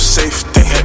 safety